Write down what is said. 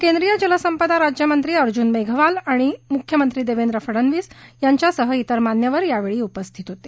केंद्रीय जलसंपदा राज्यमंत्री अर्जुन मेघवाल आणि मुख्यमंत्री देवेंद्र फडनवीस यांच्यासह इतर मान्यवर यावेळी उपस्थित होते